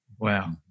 Wow